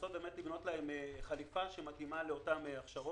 ולנסות לבנות להם חליפה שמתאימה להם.